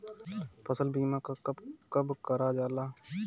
फसल बीमा का कब कब करव जाला?